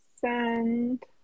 send